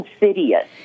insidious